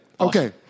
Okay